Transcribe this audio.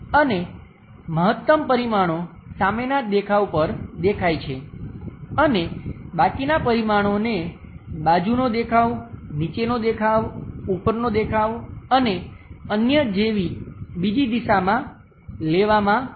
અને મહત્તમ પરિમાણો સામેના દેખાવ પર દેખાય છે અને બાકીના પરિમાણોને બાજુનો દેખાવ નીચેનો દેખાવ ઉપરનો દેખાવ અને અન્ય જેવી બીજી દિશામાં લેવામાં આવે છે